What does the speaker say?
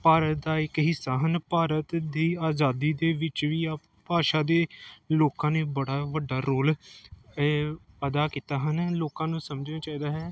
ਭਾਰਤ ਦਾ ਇੱਕ ਹਿੱਸਾ ਹਨ ਭਾਰਤ ਦੀ ਆਜ਼ਾਦੀ ਦੇ ਵਿੱਚ ਵੀ ਆਹ ਭਾਸ਼ਾ ਦੇ ਲੋਕਾਂ ਨੇ ਬੜਾ ਵੱਡਾ ਰੋਲ ਅਦਾ ਕੀਤਾ ਹਨ ਲੋਕਾਂ ਨੂੰ ਸਮਝਣਾ ਚਾਹੀਦਾ ਹੈ